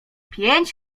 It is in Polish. pięć